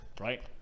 right